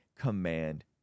command